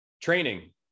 Training